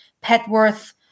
Petworth